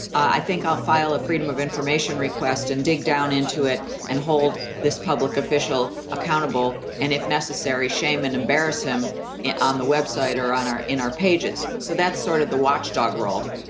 i think i'll file a freedom of information request and dig down into it and hold this public official accountable and if necessary, shame and embarrass him on the web site or on our in our pages. so that's sort of the watchdog role.